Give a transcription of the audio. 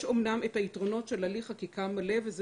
יש אמנם את היתרונות של הליך חקיקה מלא וזה